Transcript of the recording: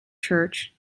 church